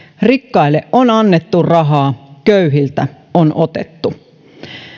rikkaille on annettu rahaa köyhiltä on otettu